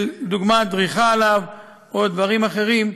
לדוגמה דריכה עליו או דברים אחרים,